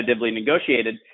negotiated